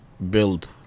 build